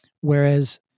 Whereas